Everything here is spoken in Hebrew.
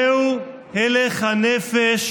זהו הלך הנפש